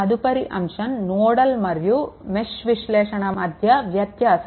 తదుపరి అంశం నోడల్ మరియు మెష్ విశ్లేషణ మధ్య వ్యత్యాసం